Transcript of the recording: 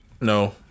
no